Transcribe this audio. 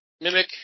mimic